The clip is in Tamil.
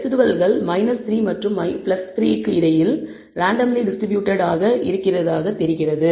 ரெஸிடுவல்கள் 3 மற்றும் 3 க்கு இடையில் ரேண்டம்லி டிஸ்ட்ரிபூட்டட் ஆக தெரிகிறது